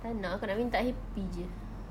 tak nak akak nak minta happy jer